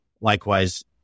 likewise